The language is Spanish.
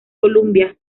columbia